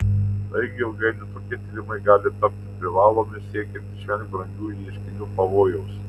taigi ilgainiui tokie tyrimai gali tapti privalomi siekiant išvengti brangių ieškinių pavojaus